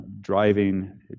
driving